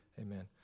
Amen